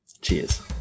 Cheers